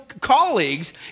colleagues